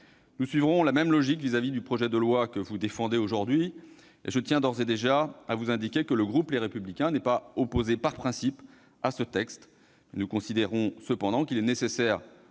Nous suivrons cette logique à propos du projet de loi que vous défendez aujourd'hui : je tiens d'ores et déjà à vous indiquer que le groupe Les Républicains n'y est pas opposé par principe. Nous considérons, cependant, qu'il est nécessaire